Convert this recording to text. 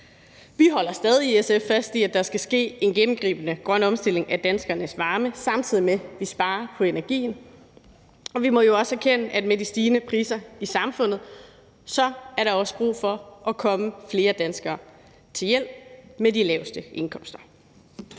SF holder vi stadig fast i, at der skal ske en gennemgribende grøn omstilling af danskernes varme, samtidig med at vi sparer på energien, og vi må jo også erkende, at med de stigende priser i samfundet er der også brug for at komme flere danskere med de laveste indkomster